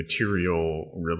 material